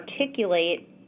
articulate